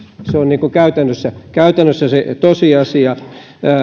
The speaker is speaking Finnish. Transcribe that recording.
se on käytännössä käytännössä se tosiasia